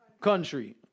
country